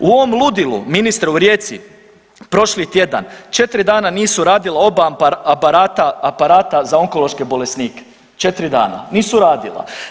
U ovom ludilu ministre u Rijeci prošli tjedan 4 dana nisu radila oba aparata za onkološke bolesnike, 4 dana nisu radila.